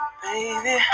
baby